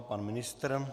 Pan ministr.